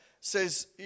says